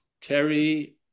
Terry